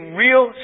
real